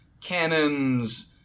cannons